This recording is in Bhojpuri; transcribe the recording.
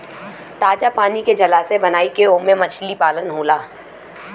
ताजा पानी के जलाशय बनाई के ओमे मछली पालन होला